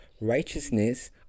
righteousness